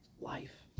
Life